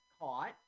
caught